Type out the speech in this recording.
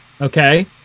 Okay